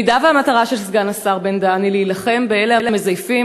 אם המטרה של סגן השר בן-דהן היא להילחם באלה המזייפים,